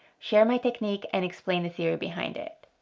share my technique, and explain the theory behind it.